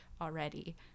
already